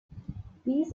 these